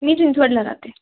मी चिंचवडला राहते